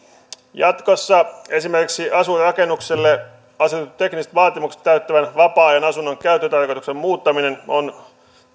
jatkossa esimerkiksi asuinrakennukselle asetetut tekniset vaatimukset täyttävän vapaa ajanasunnon käyttötarkoituksen muuttaminen on